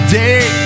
day